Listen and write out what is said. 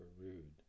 rude